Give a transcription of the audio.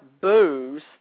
booze